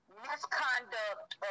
misconduct